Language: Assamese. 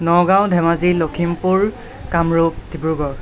নগাঁও ধেমাজি লখিমপুৰ কামৰূপ ডিব্ৰুগড়